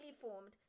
formed